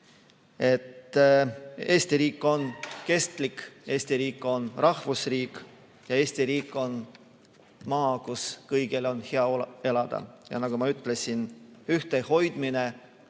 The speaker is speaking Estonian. et Eesti riik on kestlik, Eesti riik on rahvusriik ja Eesti on maa, kus kõigil on hea elada. Nagu ma ütlesin, ühtehoidmine